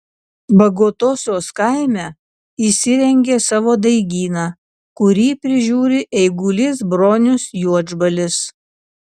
bagotosios kaime įsirengė savo daigyną kurį prižiūri eigulys bronius juodžbalis